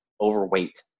overweight